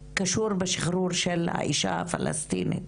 קשור בשחרור של האישה הפלסטינית